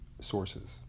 sources